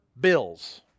bills